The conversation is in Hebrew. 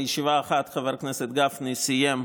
בישיבה אחת חבר הכנסת גפני סיים,